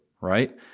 right